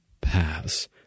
paths